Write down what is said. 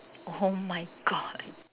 oh my God